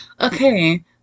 Okay